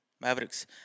Mavericks